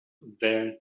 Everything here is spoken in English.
there